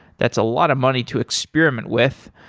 that's a lot of money to experiment with.